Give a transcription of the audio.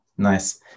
Nice